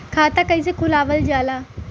खाता कइसे खुलावल जाला?